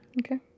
Okay